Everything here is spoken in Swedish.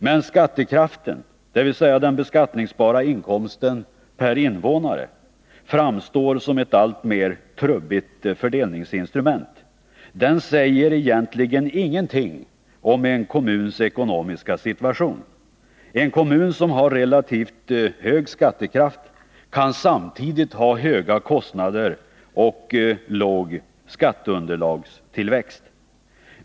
Men skattekraften, dvs. den beskattningsbara inkomsten per invånare, framstår som ett allt trubbigare fördelningsinstrument. Den säger egentligen ingenting om en kommuns ekonomiska situation. En kommun som har relativt hög skattekraft kan samtidigt ha höga kostnader och låg skatteunderlagstillväxt.